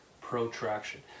protraction